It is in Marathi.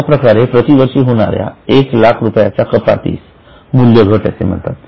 अशाप्रकारे प्रतिवर्षी होणाऱ्या एक लाख रुपयाच्या कपातीस मूल्यघट असे म्हणतात